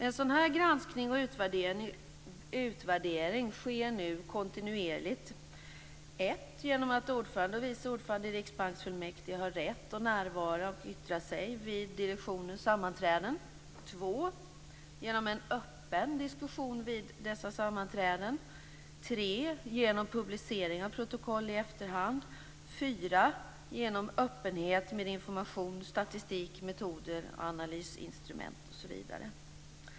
En sådan granskning och utvärdering sker nu kontinuerligt Riksbanksfullmäktige har rätt att närvara och yttra sig vid direktionens sammanträden, 2. genom en öppen diskussion vid dessa sammanträden, 4. genom öppenhet med information, statistik, metoder, analysinstrument osv.